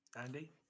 Andy